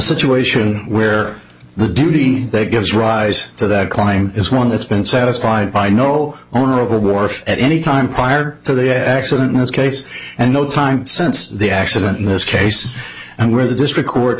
situation where the duty that gives rise to that claim is one that's been satisfied by no owner of a board at any time prior to the accident in this case and no time since the accident in this case and where the district court